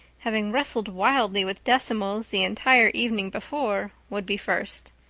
having wrestled wildly with decimals the entire evening before, would be first.